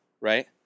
right